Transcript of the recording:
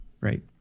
Right